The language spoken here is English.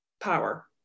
power